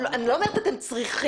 אני לא אומרת אתם צריכים,